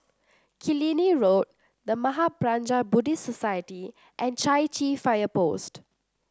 Killiney Road The Mahaprajna Buddhist Society and Chai Chee Fire Post